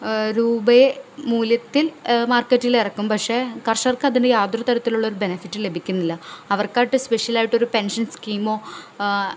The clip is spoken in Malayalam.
രൂപയെ മൂല്യത്തിൽ മാർക്കറ്റിൽ ഇറക്കും പക്ഷെ കർഷകർക്ക് അതിൻ്റെ യാതൊരു തരത്തിലുള്ള ബെനഫിറ്റും ലഭിക്കുന്നില്ല അവർക്കായിട്ട് സ്പെഷലായിട്ട് ഒരു പെൻഷൻ സ്കീമോ